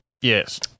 Yes